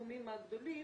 לסכומים הגדולים